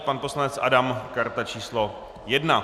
Pan poslanec Adam karta číslo 1.